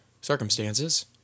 circumstances